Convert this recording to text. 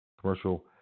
Commercial